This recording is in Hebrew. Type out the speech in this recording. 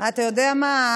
אתה יודע מה?